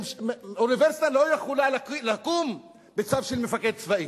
אוניברסיטה לא יכולה לקום בצו של מפקד צבאי.